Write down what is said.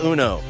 Uno